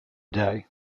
day